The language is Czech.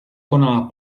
koná